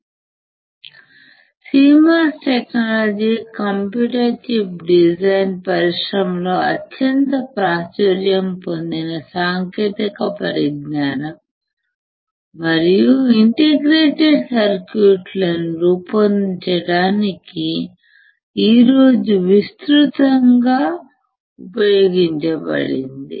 CMOS technology computer chip design పరిశ్రమలో అత్యంత ప్రాచుర్యం పొందిన సాంకేతిక పరిజ్ఞానం మరియు ఇంటిగ్రేటెడ్ సర్క్యూట్లను రూపొందించడానికి ఈ రోజు విస్తృతంగా ఉపయోగించబడింది